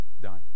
done